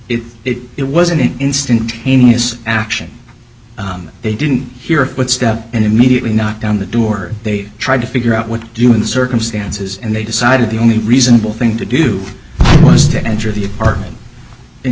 is if it was an instantaneous action that they didn't hear footsteps and immediately knocked down the door they tried to figure out what to do in the circumstances and they decided the only reasonable thing to do was to enter the apartment